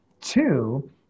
Two